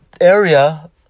area